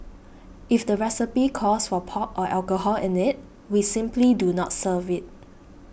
if the recipe calls for pork or alcohol in it we simply do not serve it